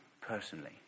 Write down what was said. personally